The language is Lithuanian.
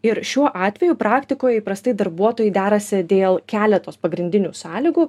ir šiuo atveju praktikoje įprastai darbuotojai derasi dėl keletos pagrindinių sąlygų